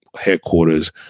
headquarters